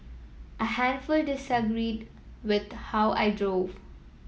a handful disagreed with how I drove